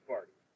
Party